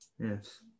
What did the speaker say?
Yes